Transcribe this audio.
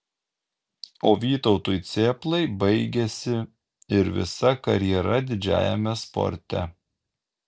o vytautui cėplai baigėsi ir visa karjera didžiajame sporte